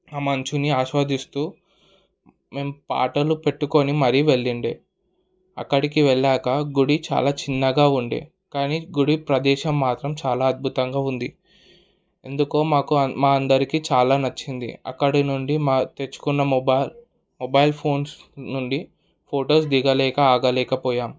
ఆ మంచుని ఆశ్వాదిస్తూ మేం పాటలు పెట్టుకోని మరీ వెళ్ళిండే అక్కడికి వెళ్ళాక గుడి చాలా చిన్నగా ఉండే కానీ గుడి ప్రదేశం మాత్రం చాలా అద్భుతంగా ఉంది ఎందుకో మాకు మా అందరికి చాలా నచ్చింది అక్కడి నుండి మా తెచ్చుకున్న మొబైల్ మొబైల్ ఫోన్స్ నుండి ఫోటోస్ దిగలేక ఆగలేకపోయాం